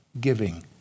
giving